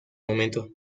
momento